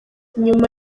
nyuma